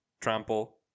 trample